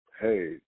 hey